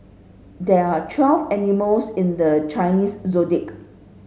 there are twelve animals in the Chinese Zodiac